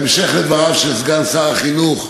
תודה, בהמשך לדבריו של סגן שר החינוך,